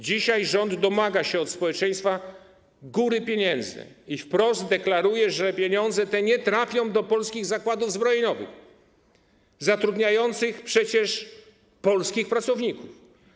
Dzisiaj rząd domaga się od społeczeństwa góry pieniędzy i wprost deklaruje, że pieniądze te nie trafią do polskich zakładów zbrojeniowych zatrudniających przecież polskich pracowników.